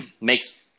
makes